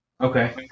Okay